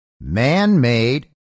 man-made